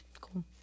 Cool